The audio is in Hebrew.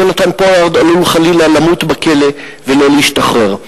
יונתן פולארד עלול חלילה למות בכלא ולא להשתחרר.